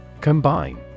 Combine